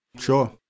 sure